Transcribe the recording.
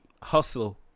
hustle